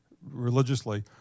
Religiously